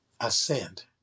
ascend